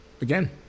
again